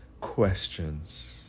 Questions